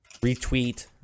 retweet